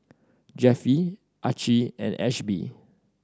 Jeffie Archie and Ashby